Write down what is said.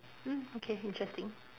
mm okay interesting